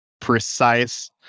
precise